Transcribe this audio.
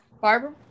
Barbara